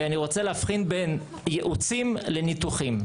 ואני רוצה להבחין בין ייעוצים לניתוחים.